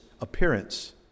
appearance